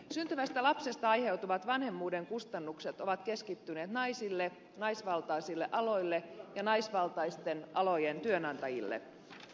syntyvästä lapsesta aiheutuvat vanhemmuuden kustannukset ovat keskittyneet naisille naisvaltaisille aloille ja naisvaltaisten alojen työnantajille